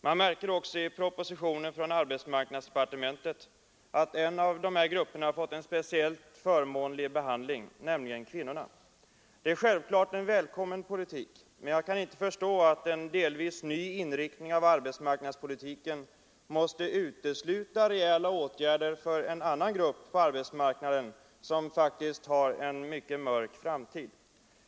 Man märker också i propositionen från arbetsmarknadsdepartementet att en av dessa grupper har fått en speciellt förmånlig behandling, nämligen kvinnorna. Detta är självklart en välkommen politik, men jag kan inte förstå att en delvis ny inriktning av arbetsmarknadspolitiken måste utesluta rejäla åtgärder för en annan grupp på arbetsmarknaden som har en mycket mörk framtid.